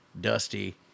Dusty